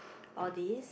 all this